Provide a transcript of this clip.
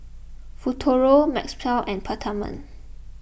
Futuro Mepilex and Peptamen